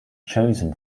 chosen